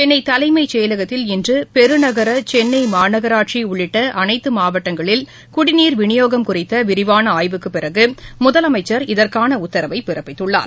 சென்னையைச் செயலகத்தில் இன்று பெருநகரசென்னைமாநகராட்சிஉள்ளிட்டஅனைத்துமாவட்டங்களில் விநியோகம் குடிநீர் குறித்தவிரிவானஆய்வுக்குப் பிறகு முதலமைச்சர் இதற்கானஉத்தரவைப் பிறப்பித்துள்ளார்